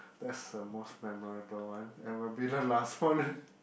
that's the most memorable one and we better last for it